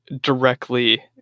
directly